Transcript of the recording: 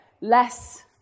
less